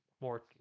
more